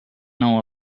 know